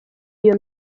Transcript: iyo